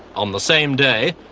on the same day,